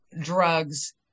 drugs